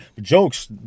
jokes